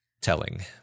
telling